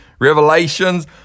Revelations